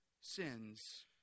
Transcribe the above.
sins